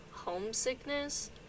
homesickness